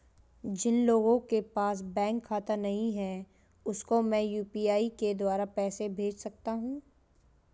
जिन लोगों के पास बैंक खाता नहीं है उसको मैं यू.पी.आई के द्वारा पैसे भेज सकता हूं?